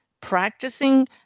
Practicing